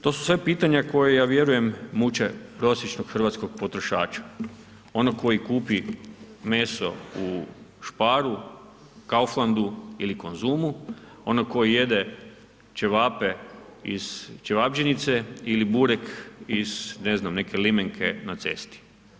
To su sve pitanja, koje ja vjerujem muče prosječnog hrvatskog potrošača, ono koje kupi meso u Sparu, Kauflandu ili Konzumu, onog koji jede ćevape iz ćevabdžinice ili burek iz ne znam, neke limenke na cesti.